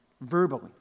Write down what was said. verbally